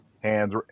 Hands